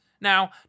Now